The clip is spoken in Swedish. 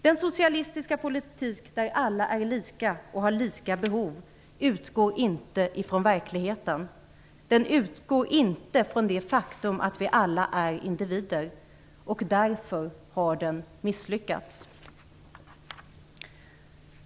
Den socialistiska politik där alla är lika och har lika behov utgår inte från verkligheten. Den utgår inte från det faktum att vi alla är individer - därför har den misslyckats.